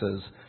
says